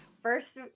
First